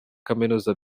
kaminuza